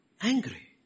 angry